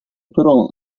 però